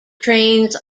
trains